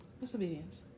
Disobedience